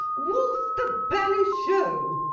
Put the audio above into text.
wolfed the bally show!